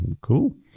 cool